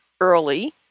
early